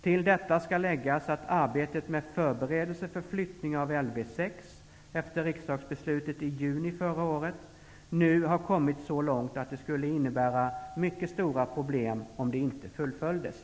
Till detta skall läggas att arbetet med förberedelser för flyttning av LV6 -- efter riksdagsbeslutet i juni förra året -- nu har kommit så långt att det skulle innebära mycket stora problem om det inte fullföljdes.